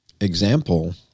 example